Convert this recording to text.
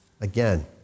again